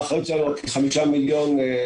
האחריות שלנו על שטח של חמישה מיליון דונם.